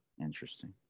Interesting